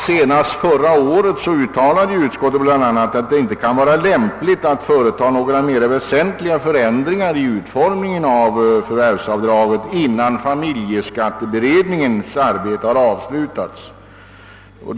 Senast förra året uttalade emellertid utskotiet bl.a. att det inte kan vara lämpligt att företaga några mera väsentliga förändringar i utformningen av förvärvsavdraget innan familjeskatteberedningens arbete har avslutats.